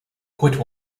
quit